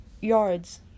yards